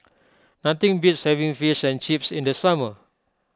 nothing beats having Fish and Chips in the summer